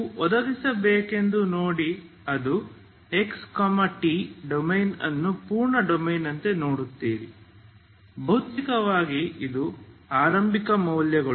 ನೀವು ಒದಗಿಸಬೇಕೆಂದು ನೋಡಿ ಅದು xt ಡೊಮೇನ್ಅನ್ನು ಪೂರ್ಣ ಡೊಮೇನ್ನಂತೆ ನೋಡಿದರೆ ಭೌತಿಕವಾಗಿ ಇದು ಆರಂಭಿಕ ಮೌಲ್ಯಗಳು